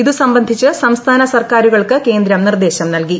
ഇതു സംബന്ധിച്ച് സംസ്ഥാന സർക്കാരുകൾക്ക് കേന്ദ്രം നിർദ്ദേശം നൽകി